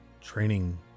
training